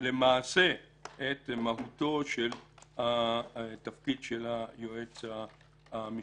למעשה את מהותו של התפקיד של היועץ המשפטי.